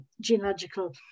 genealogical